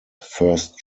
first